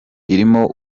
irimo